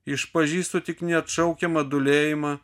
išpažįstu tik neatšaukiamą dūlėjimą